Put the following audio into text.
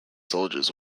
soldiers